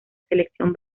selección